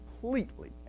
completely